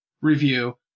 review